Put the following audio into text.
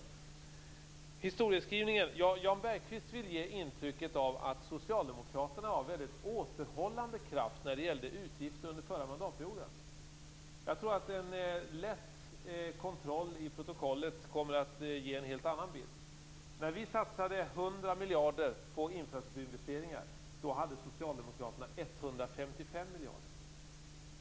Beträffande historieskrivningen vill Jan Bergqvist ge intrycket av att socialdemokraterna var en väldigt återhållande kraft när det gällde utgifter under den förra mandatperioden. En lätt kontroll i protokollet kommer att ge en helt annan bild. När vi satsade 100 miljarder på infrastrukturinvesteringar, då ville socialdemokraterna satsa 155 miljarder.